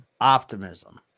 optimism